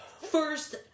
First